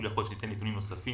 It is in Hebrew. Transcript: יכול להיות שניתן נתונים נוספים